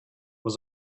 was